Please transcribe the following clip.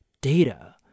Data